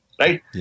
right